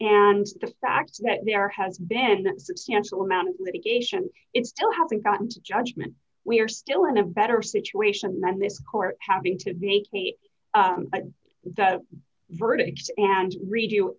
and the fact that there has been substantial amount of litigation it still haven't gotten to judgment we are still in a better situation than this court having to be a create the verdict and re